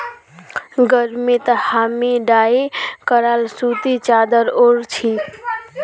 गर्मीत हामी डाई कराल सूती चादर ओढ़ छि